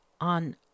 on